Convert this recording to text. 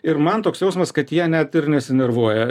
ir man toks jausmas kad jie net ir nesinervuoja